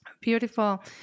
Beautiful